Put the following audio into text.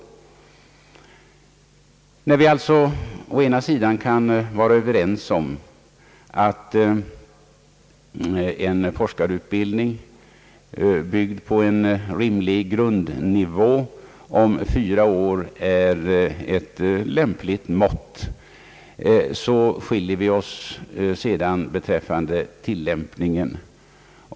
Kan vi alltså vara överens om att en forskarutbildning byggd på en grundnivå av fyra år är ett lämpligt och rimligt mått så skiljer vi oss beträffande tillämpningen.